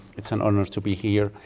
it's an honour to be here.